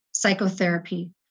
psychotherapy